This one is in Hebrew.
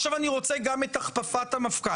עכשיו אני רוצה גם את הכפפת המפכ"ל.